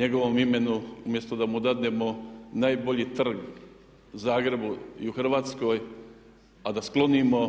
njegovom imenu, umjesto da mu damo najbolji trg u Zagrebu i u Hrvatskoj a da sklonimo